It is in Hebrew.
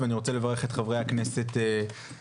אני רוצה לברך את חברי הכנסת שהגיעו,